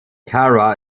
cara